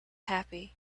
happy